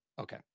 Okay